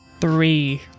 Three